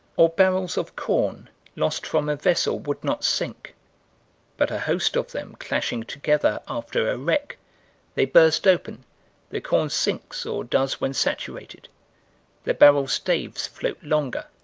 or barrels of corn lost from a vessel would not sink but a host of them clashing together, after a wreck they burst open the corn sinks, or does when saturated the barrel staves float longer